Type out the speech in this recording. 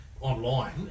online